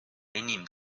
enim